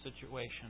situation